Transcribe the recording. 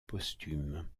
posthume